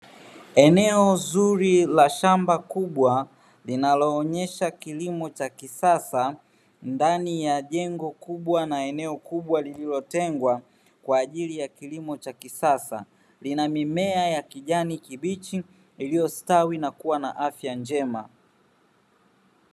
Eneo zuri la shamba kubwa linaloonyesha kilimo cha kisasa ndani ya jengo kubwa na eneo kubwa lililotengwa kwa ajili ya kilimo cha kisasa, lina mimea ya kijani kibichi iliyostawi na kuwa na afya njema.